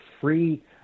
free